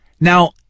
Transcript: Now